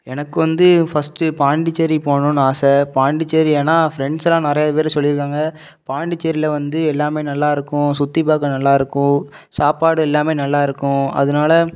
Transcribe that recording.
எனக்கு வந்து ஃபஸ்ட்டு பாண்டிச்சேரி போகணுன்னு ஆசை பாண்டிச்சேரி ஏன்னா ஃப்ரெண்ட்ஸெல்லாம் நிறையா பேர் சொல்லியிருக்காங்க பாண்டிச்சேரியில் வந்து எல்லாமே நல்லாயிருக்கும் சுற்றிப் பார்க்க நல்லாயிருக்கும் சாப்பாடு எல்லாமே நல்லாயிருக்கும் அதனால